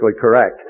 correct